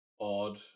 odd